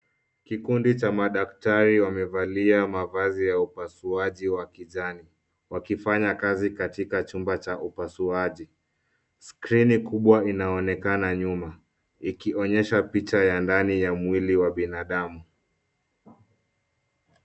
Kikundi cha madaktari wamevalia mavazi ya upasuaji wa kijani, wakifanya kazi katika chumba cha upasuaji. Skrini kubwa inaonekana nyuma, ikionyesha picha ya ndani ya mwili wa binadamu.